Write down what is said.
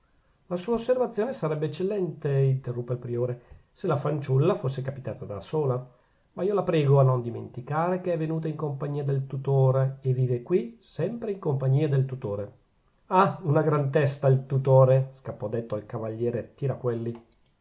la sua osservazione sarebbe eccellente interruppe il priore se la fanciulla fosse capitata da sola ma io la prego a non dimenticare che è venuta in compagnia del tutore e vive qui sempre in compagnia del tutore ah una gran testa il tutore scappò detto al cavaliere